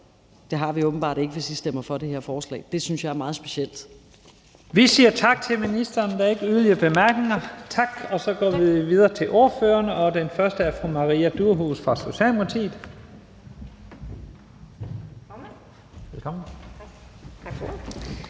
Det har vi åbenbart ikke, hvis I stemmer for det her forslag. Det synes jeg er meget specielt. Kl. 12:10 Første næstformand (Leif Lahn Jensen): Vi siger tak til ministeren. Der er ikke yderligere bemærkninger. Tak, og så går vi videre til ordførerne. Den første er fru Maria Durhuus fra Socialdemokratiet.